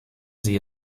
sie